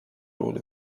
rule